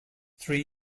three